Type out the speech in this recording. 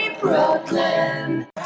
Brooklyn